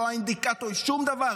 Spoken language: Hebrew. שום דבר.